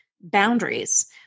boundaries